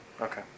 Okay